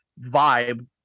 vibe